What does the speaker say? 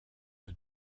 que